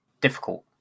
difficult